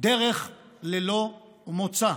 דרך ללא מוצא.